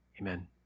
Amen